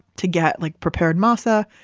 to get like prepared masa.